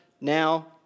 now